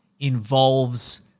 involves